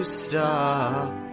stop